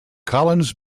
collins